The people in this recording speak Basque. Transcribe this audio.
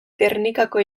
gernikako